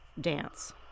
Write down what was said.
dance